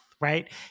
right